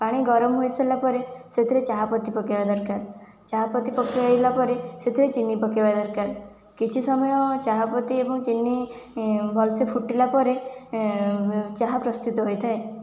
ପାଣି ଗରମ ହୋଇସାରିଲା ପରେ ସେଥିରେ ଚାହାପତି ପକେଇବା ଦରକାର ଚାହା ପତି ପକେଇଲାରେ ପରେ ସେଥିରେ ଚିନି ପକେଇବା ଦରକାର କିଛି ସମୟ ଚାହାପତି ଏବଂ ଚିନି ଭଲସେ ଫୁଟିଲା ପରେ ଚାହା ପ୍ରସ୍ତୁତ ହୋଇଥାଏ